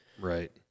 Right